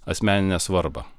asmeninę svarbą